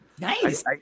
nice